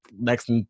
next